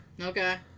Okay